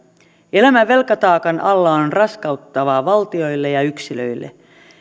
elämä velkataakan alla on raskauttavaa valtioille ja yksilöille